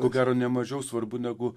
ko gero ne mažiau svarbu negu